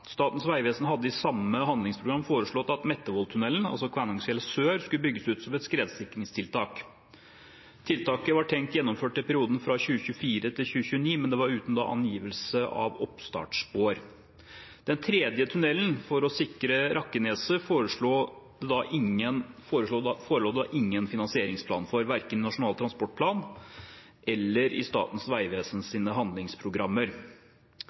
Statens vegvesen hadde i samme handlingsplan foreslått at Mettevolltunnelen, altså Kvænangsfjellet sør, skulle bygges ut som et skredsikringstiltak. Tiltaket var tenkt gjennomført i perioden 2024–2029, men det var uten angivelse av oppstartsår. Den tredje tunnelen, for å sikre Rakkenes, forelå det ingen finansieringsplan for – verken i Nasjonal transportplan eller i Statens vegvesens handlingsprogrammer.